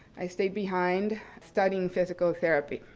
i stayed behind studying physical therapy.